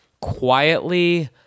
quietly